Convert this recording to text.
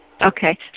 Okay